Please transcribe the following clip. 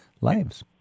lives